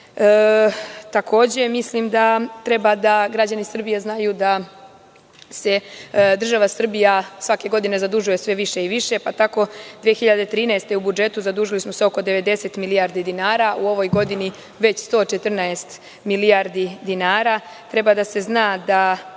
radi. Mislim da treba da građani Srbije znaju da se država Srbija svake godine zadužuje sve više i više, pa tako 2013. godine u budžetu zadužili smo oko 90 milijardi dinara, a u ovoj godini već 114 milijardi dinara i treba da se zna,